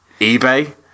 eBay